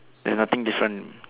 they have nothing different